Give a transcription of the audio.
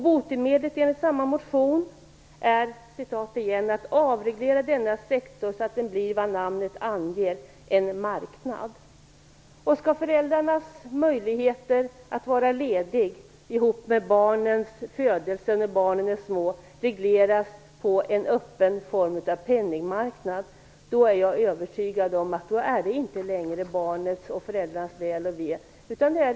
Botemedlet är enligt samma motion: att avreglera denna sektor så att den blir vad namnet anger, en marknad. Skall föräldrarnas möjligheter att vara lediga i samband med barnens födelse och när barnen är små regleras på någon form av öppen penningmarknad är jag övertygad om att det inte längre är barnets och föräldrarnas väl och ve det handlar om.